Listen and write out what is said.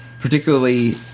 particularly